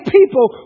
people